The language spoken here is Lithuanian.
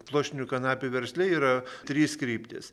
pluoštinių kanapių versle yra trys kryptys